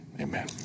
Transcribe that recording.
Amen